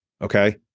okay